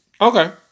Okay